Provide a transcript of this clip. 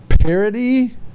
parody